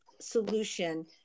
solution